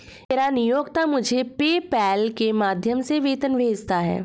मेरा नियोक्ता मुझे पेपैल के माध्यम से वेतन भेजता है